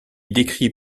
décrit